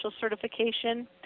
certification